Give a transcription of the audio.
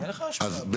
אז אני,